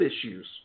issues